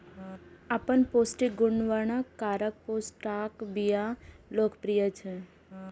अपन पौष्टिक गुणक कारण पोस्ताक बिया लोकप्रिय छै